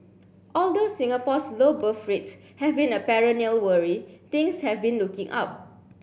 although Singapore's low birth rates have been a perennial worry things have been looking up